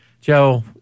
Joe